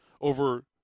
over